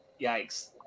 Yikes